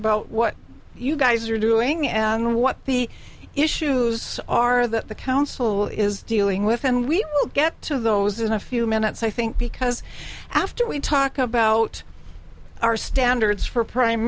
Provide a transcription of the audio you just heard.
about what you guys are doing and what the issues are that the council is dealing with and we'll get to those in a few minutes i think because after we talk about our standards for prime